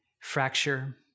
fracture